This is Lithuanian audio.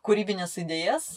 kūrybines idėjas